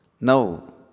Now